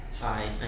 Hi